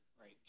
Right